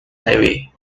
highway